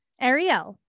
Ariel